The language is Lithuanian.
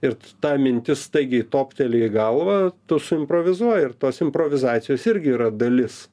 ir ta mintis staigiai topteli į galvą tu suimprovizuoji ir tos improvizacijos irgi yra dalis